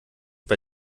bei